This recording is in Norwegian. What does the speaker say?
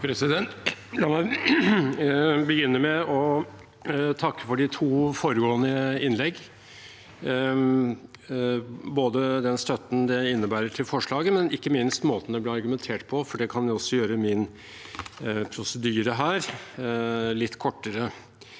(H) La meg begyn- ne med å takke for de to foregående innleggene, både den støtten det innebærer til forslaget, og ikke minst måten det ble argumentert på, for det kan også gjøre min prosedyre her litt kortere.